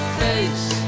face